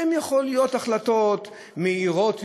הן יכולות להיות החלטות מהירות יותר,